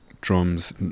drums